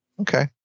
Okay